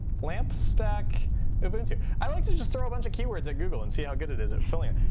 lamp stack ubuntu. i like to just throw a bunch of keywords at google and see how good it is at filling it.